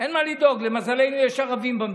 אין מה לדאוג, למזלנו יש ערבים במדינה.